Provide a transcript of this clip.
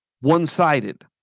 one-sided